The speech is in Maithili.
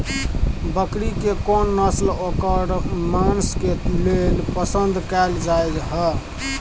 बकरी के कोन नस्ल ओकर मांस के लेल पसंद कैल जाय हय?